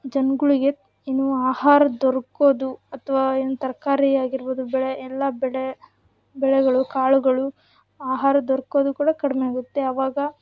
ಜನ್ಗಳಿಗೆ ಏನು ಆಹಾರ ದೊರಕೋದು ಅಥವಾ ಏನು ತರಕಾರಿ ಆಗಿರ್ಬೋದು ಬೆಳೆ ಎಲ್ಲ ಬೆಳೆ ಬೆಳೆಗಳು ಕಾಳುಗಳು ಆಹಾರ ದೊರಕೋದು ಕೂಡ ಕಡಿಮೆ ಆಗುತ್ತೆ ಆವಾಗ